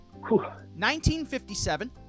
1957